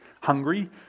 hungry